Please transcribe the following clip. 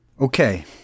Okay